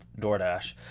DoorDash